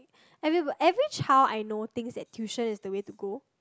everybody every child I know thinks that tuition is the way to go